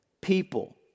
people